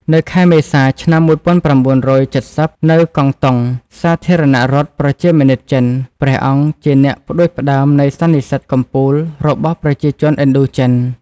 នៅខែមេសា ឆ្នាំ១៩៧០ នៅកង់តុង សាធារណរដ្ឋប្រជាមានិតចិន ព្រះអង្គជាអ្នកផ្តួច ផ្តើមនៃសន្និសីទកំពូលរបស់ប្រជាជនឥណ្ឌូចិន។